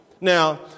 Now